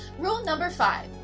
rule number five,